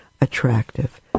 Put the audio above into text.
attractive